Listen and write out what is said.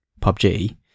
PUBG